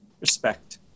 respect